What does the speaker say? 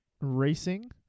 Racing